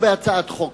(הטלת תפקידים),